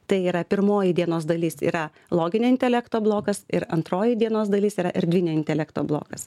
tai yra pirmoji dienos dalis yra loginio intelekto blokas ir antroji dienos dalis yra erdvinio intelekto blokas